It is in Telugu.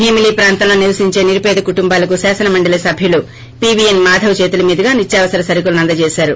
భీమిలీ ప్రాంతంలో నివసించే నిరుపేద కుటుంబాలకు కాసనమండలి సభ్యుడు పీవీఎన్ మాధవ్ చేతుల మీదుగా నిత్యావసర సరకులను అందజేశారు